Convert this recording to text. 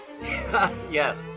Yes